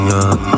up